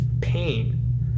pain